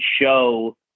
show